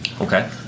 Okay